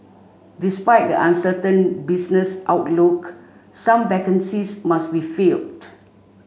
despite the uncertain business outlook some vacancies must be filled